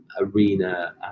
arena